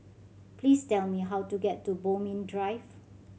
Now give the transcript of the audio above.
please tell me how to get to Bodmin Drive